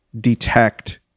detect